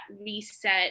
reset